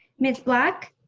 miss black.